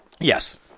Yes